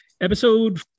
episode